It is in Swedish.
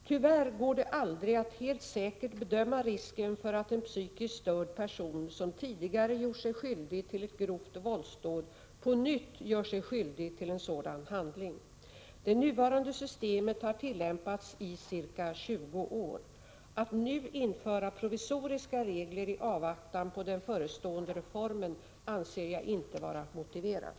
Tyvärr går det aldrig att helt säkert bedöma risken för att en psykiskt störd person som tidigare gjort sig skyldig till ett grovt våldsdåd på nytt gör sig skyldig till en sådan handling. Det nuvarande systemet har tillämpats i ca 20 år. Att nu införa provisoriska regler i avvaktan på den förestående reformen anser jag inte vara motiverat.